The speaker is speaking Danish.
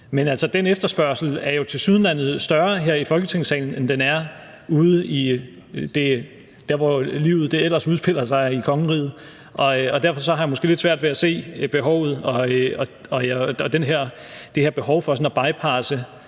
den efterspørgsel er jo tilsyneladende større her i Folketingssalen, end den er derude, hvor livet ellers udspiller sig i kongeriget, og derfor har jeg måske lidt svært ved at se behovet – og det her behov for sådan at bypasse